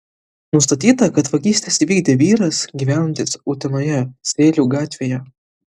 nustatyta kad vagystes įvykdė vyras gyvenantis utenoje sėlių gatvėje